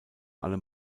allem